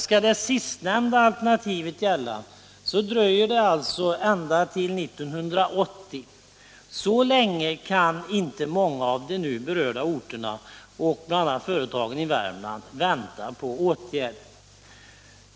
Skall det sistnämnda alternativet gälla dröjer det alltså ända till 1980. Så länge kan inte många av de nu berörda orterna och företagen, bl.a. i Värmland, vänta på åtgärder.